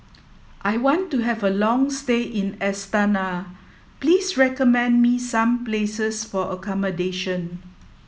I want to have a long stay in Astana please recommend me some places for accommodation